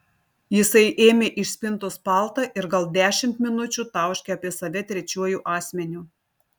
jisai ėmė iš spintos paltą ir gal dešimt minučių tauškė apie save trečiuoju asmeniu